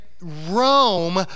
Rome